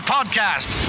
Podcast